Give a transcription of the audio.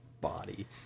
body